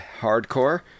hardcore